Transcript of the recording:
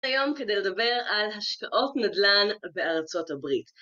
היום כדי לדבר על השקעות נדלן בארצות הברית.